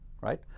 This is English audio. right